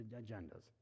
agendas